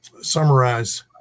summarize